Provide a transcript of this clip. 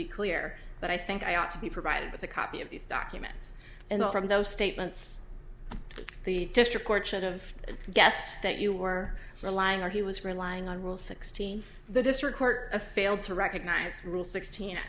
be clear that i think i ought to be provided with a copy of these documents and from those statements the district court should've guessed that you were for lying or he was relying on rule sixteen the district court to fail to recognize rule sixteen